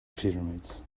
pyramids